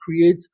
create